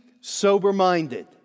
sober-minded